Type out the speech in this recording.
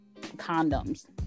condoms